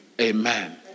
amen